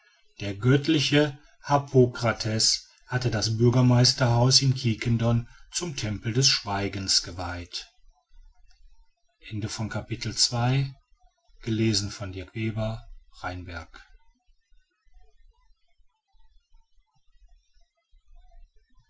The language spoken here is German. der göttliche harpokrates hätte das bürgermeisterhaus in quiquendone zum tempel des schweigens geweiht